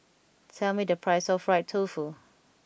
tell me the price of Fried Tofu